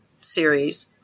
series